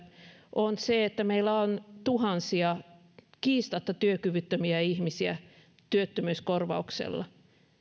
on se että meillä on tuhansia kiistatta työkyvyttömiä ihmisiä työttömyyskorvauksella